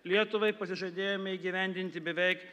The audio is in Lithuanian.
lietuvai pasižadėjome įgyvendinti beveik